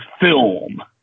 film